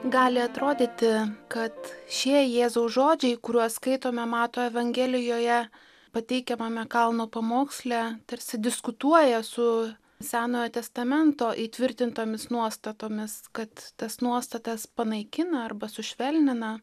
gali atrodyti kad šie jėzaus žodžiai kuriuos skaitome mato evangelijoje pateikiamame kalno pamoksle tarsi diskutuoja su senojo testamento įtvirtintomis nuostatomis kad tas nuostatas panaikina arba sušvelnina